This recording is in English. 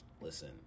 Listen